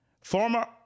Former